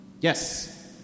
Yes